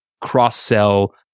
cross-sell